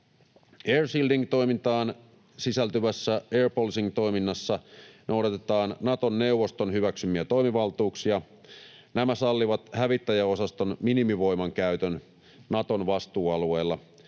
Air shielding ‑toimintaan sisältyvässä air policing ‑toiminnassa noudatetaan Naton neuvoston hyväksymiä toimivaltuuksia. Nämä sallivat hävittäjäosaston minimivoimankäytön Naton vastuualueilla,